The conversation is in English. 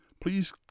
Please